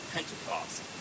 Pentecost